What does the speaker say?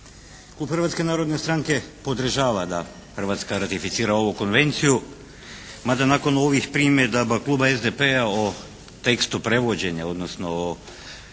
Klub Hrvatske narodne stranke podržava da Hrvatska ratificira ovu konvenciju, mada nakon ovih primjedaba kluba SDP-a o tekstu prevođenja, odnosno o